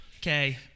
okay